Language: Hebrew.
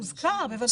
הוזכר, בוודאי.